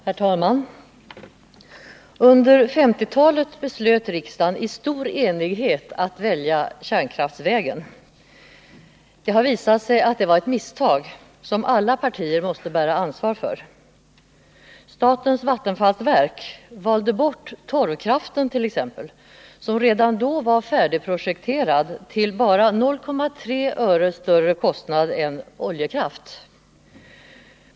Herr talman! Under 1950-talet beslöt riksdagen i stor enighet att välja kärnkraftsvägen. Det har visat sig att det var ett misstag som alla partier måste bära ansvar för. Statens vattenfallsverk valde t.ex. bort torvkraften, som redan då var färdigprojekterad till bara 0,3 öre/kWh större kostnad än oljekraft.